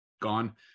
gone